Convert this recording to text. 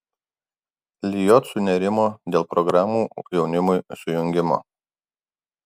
lijot sunerimo dėl programų jaunimui sujungimo